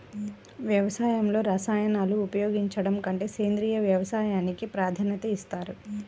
వ్యవసాయంలో రసాయనాలను ఉపయోగించడం కంటే సేంద్రియ వ్యవసాయానికి ప్రాధాన్యత ఇస్తారు